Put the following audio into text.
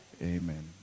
Amen